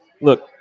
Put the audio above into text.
look